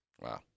wow